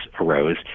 arose